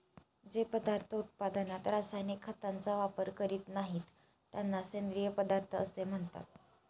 जे पदार्थ उत्पादनात रासायनिक खतांचा वापर करीत नाहीत, त्यांना सेंद्रिय पदार्थ असे म्हणतात